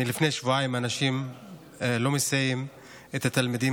מלפני שבועיים אנשים לא מסיעים את התלמידים,